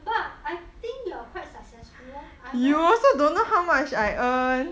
but I think you are quite successful eh